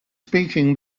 speaking